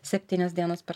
septynios dienos per